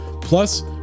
Plus